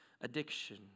addiction